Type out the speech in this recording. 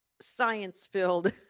science-filled